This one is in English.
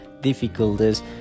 difficulties